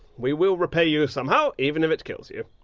we will repay you somehow, even if it kills you.